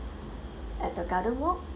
at the garden walk